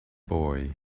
boy